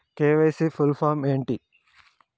KYC full form ఏంటి?